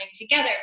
together